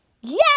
Yes